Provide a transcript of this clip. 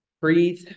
Breathe